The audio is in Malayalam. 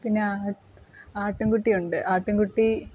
പിന്നെ ആ ആട്ടിൻകുട്ടിയുണ്ട് ആട്ടിൻകുട്ടി